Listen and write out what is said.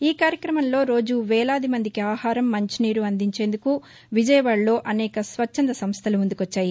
ఈ కార్యక్రమంలో రోజూ వేలాది మందికి ఆహారం మంచినీరు అందించేందుకు విజయవాడలో అనేక స్వచ్చంద సంస్లలు ముందుకొచ్చాయి